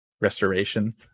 Restoration